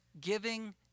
giving